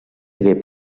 hagué